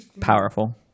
powerful